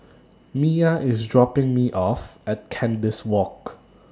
Miya IS dropping Me off At Kandis Walk